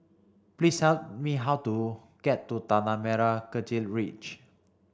please tell me how to get to Tanah Merah Kechil Ridge